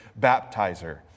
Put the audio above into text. baptizer